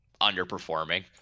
underperforming